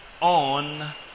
on